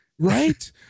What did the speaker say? Right